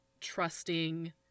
trusting